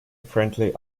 friendly